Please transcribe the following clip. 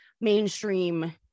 mainstream